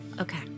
Okay